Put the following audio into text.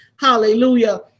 hallelujah